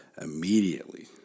immediately